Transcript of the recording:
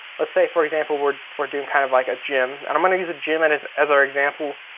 let's say for example we're we're doing kind of like a gym. and i'm gonna use a gym and as as our example,